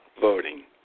voting